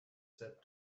said